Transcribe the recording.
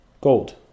gold